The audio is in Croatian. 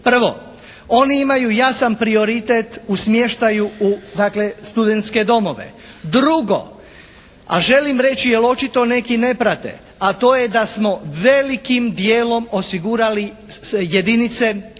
Prvo, oni imaju jasan prioritet u smještaj u dakle studentske domove. Drugo, a želim reći jer očito neki ne prate a to je da smo velikim djelom osigurati jedinice dakle